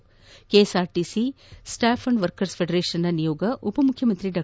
ಈ ನಡುವೆ KSRTC staff and workers ಫೆಡರೇಷನ್ನ ನಿಯೋಗ ಉಪಮುಖ್ಖಮಂತ್ರಿ ಡಾ